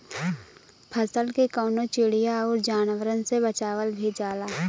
फसल के कउनो चिड़िया आउर जानवरन से बचावल भी जाला